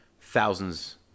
thousands